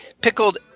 pickled